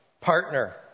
Partner